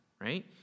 right